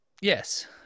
yes